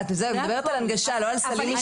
זהו, את מדברת על הנגשה, לא על סלים אישיים.